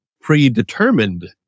predetermined